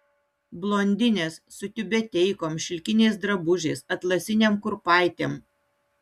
blondinės su tiubeteikom šilkiniais drabužiais atlasinėm kurpaitėm